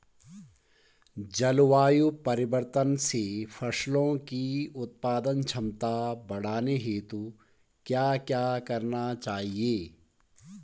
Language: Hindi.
जलवायु परिवर्तन से फसलों की उत्पादन क्षमता बढ़ाने हेतु क्या क्या करना चाहिए?